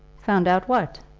found out what?